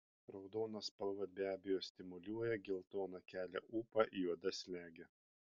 raudona spalva be abejo stimuliuoja geltona kelia ūpą juoda slegia